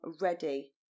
ready